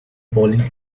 bowling